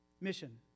mission